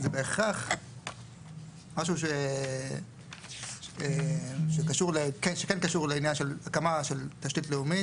זה בהכרח משהו שקשור לעניין של הקמה של תשתית לאומית,